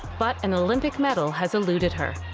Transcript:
but an olympic medal has eluded her.